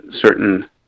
certain